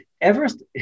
everest